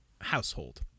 household